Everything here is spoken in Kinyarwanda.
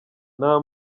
nta